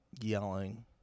Yelling